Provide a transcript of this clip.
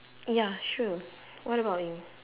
ya sure what about you